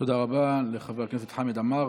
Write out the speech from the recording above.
תודה רבה לחבר הכנסת חמד עמאר.